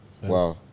Wow